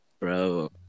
Bro